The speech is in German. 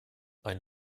ein